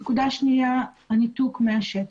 נקודה שנייה, הניתוק מהשטח.